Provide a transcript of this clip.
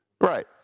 Right